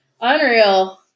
Unreal